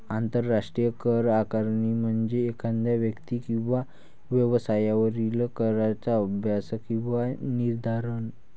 आंतरराष्ट्रीय कर आकारणी म्हणजे एखाद्या व्यक्ती किंवा व्यवसायावरील कराचा अभ्यास किंवा निर्धारण